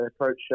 approach